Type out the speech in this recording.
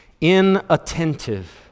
Inattentive